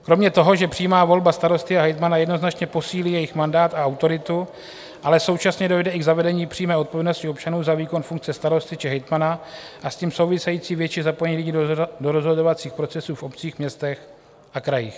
Kromě toho, že přímá volba starosta a hejtmana jednoznačně posílí jejich mandát a autoritu, ale současně dojde i k zavedení přímé odpovědnosti občanů za výkon funkce starosty či hejtmana a s tím související větší zapojení lidí do rozhodovacích procesů v obcích, městech a krajích.